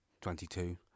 Twenty-two